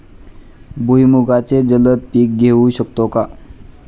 भुईमुगाचे जलद पीक घेऊ शकतो का?